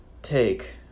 take